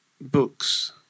Books